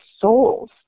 souls